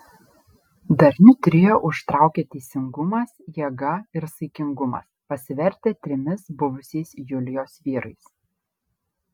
darniu trio užtraukė teisingumas jėga ir saikingumas pasivertę trimis buvusiais julijos vyrais